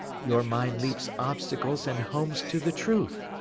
your mind leaps obstacles and homes to the truth,